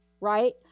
right